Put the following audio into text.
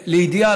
לידיעה,